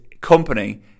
company